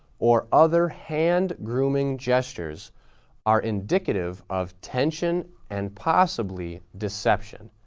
or other hand grooming gestures are indicative of tension and possibly deception.